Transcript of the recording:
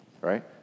right